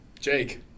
Jake